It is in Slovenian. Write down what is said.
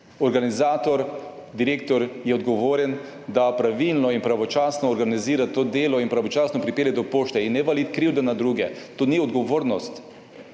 Organizator, direktor je odgovoren, da pravilno in pravočasno organizira to delo in pravočasno pripelje do pošte in ne valiti krivdo na druge. To ni odgovornost